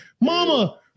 Mama